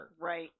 Right